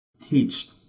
teach